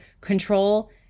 control